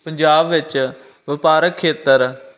ਪੰਜਾਬ ਵਿੱਚ ਵਪਾਰਕ ਖੇਤਰ